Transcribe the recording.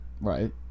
Right